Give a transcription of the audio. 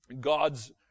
God's